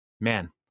man